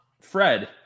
Fred